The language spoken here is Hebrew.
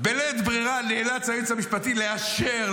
בלית בררה נאלץ היועץ המשפטי לאשר,